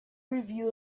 review